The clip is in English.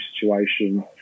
situation